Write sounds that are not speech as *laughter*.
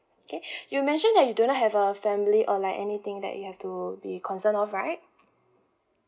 okay *breath* you mentioned that you do not have a family or like anything that you have to be concerned of right